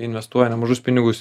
investuoja nemažus pinigus